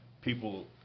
people